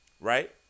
right